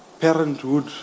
parenthood